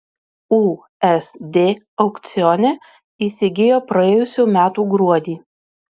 usd aukcione įsigijo praėjusių metų gruodį